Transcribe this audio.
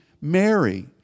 Mary